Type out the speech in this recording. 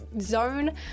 zone